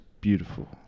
beautiful